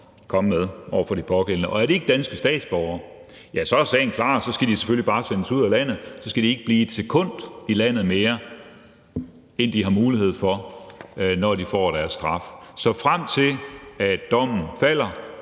komme med over for de pågældende. Er de ikke danske statsborgere, så er sagen klar, så skal de selvfølgelig bare sendes ud af landet, så skal de ikke blive et sekund mere i landet, end de har mulighed for, når de får deres straf. Så frem til at dommen falder,